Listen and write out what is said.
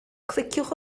cliciwch